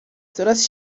coraz